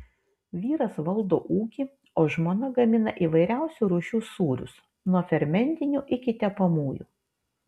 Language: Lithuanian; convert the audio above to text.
vyras valdo ūkį o žmona gamina įvairiausių rūšių sūrius nuo fermentinių iki tepamųjų